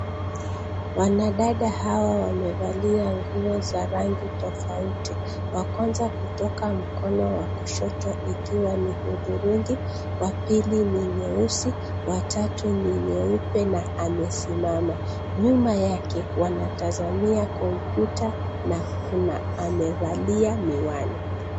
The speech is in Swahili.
Wanadada hawa wamevalia nguo za rangi tofauti. Wa kwanza kutoka mkono wa kushoto ikiwa ni hudhurungi, wa pili ni nyeusi, wa tatu ni nyeupe na amesimama. Nyuma yake wanatazamia kompyuta na kuna amevalia miwani.